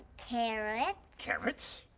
carrots. carrots.